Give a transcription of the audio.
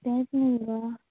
तेंच न्ही गो